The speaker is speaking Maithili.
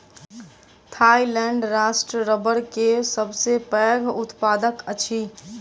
थाईलैंड राष्ट्र रबड़ के सबसे पैघ उत्पादक अछि